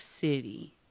City